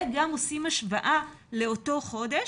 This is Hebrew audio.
וגם עושים השוואה לאותו חודש.